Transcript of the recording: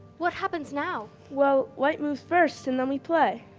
what happens now? well white moves first and then we play.